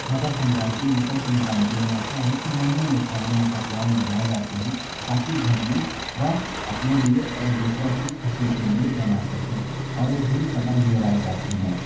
मकर संक्रांति मकर संक्रांति में ऐसा है कि नए नए मिठाइयाँ पकवान बनाए जाते हैं ताकि घर में वह अपने लिए और दूसरों की ख़ुशी के लिए बना सकें और इस दिन पतंग भी उड़ाई जाती हैं